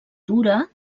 dura